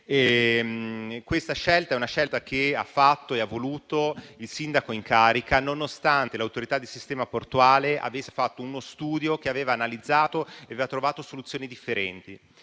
questa scelta è una scelta che ha fatto e ha voluto il sindaco in carica, nonostante l'Autorità di sistema portuale avesse fatto uno studio che aveva analizzato la situazione e trovato soluzioni differenti.